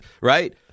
right